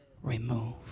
Remove